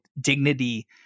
dignity